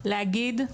להגיד,